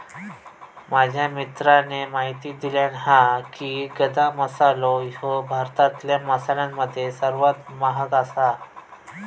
माझ्या मित्राने म्हायती दिल्यानं हा की, गदा मसालो ह्यो भारतातल्या मसाल्यांमध्ये सर्वात महाग आसा